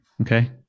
Okay